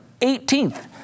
18th